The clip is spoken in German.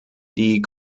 die